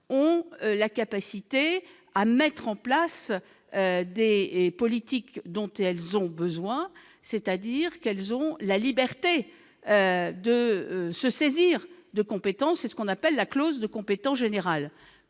ont la capacité de mettre en place des politiques dont elles ont besoin, c'est-à-dire qu'elles ont la liberté de se saisir de compétences. C'est ce qu'on appelle la clause de compétence générale,